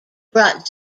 brought